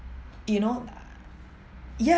you know ya